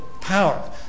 power